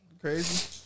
crazy